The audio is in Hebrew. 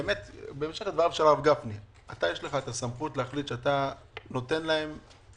בהמשך לדבריו של הרב גפני יש לך הסמכות להחליט שאתה נותן להם